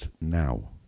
now